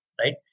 right